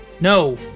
No